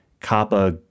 Kappa